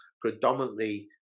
predominantly